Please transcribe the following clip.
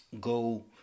go